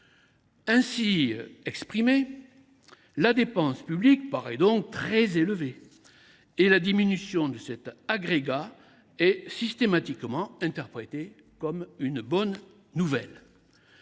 Ainsi exprimée, elle paraît très élevée et la diminution de ce ratio est systématiquement interprétée comme une bonne nouvelle.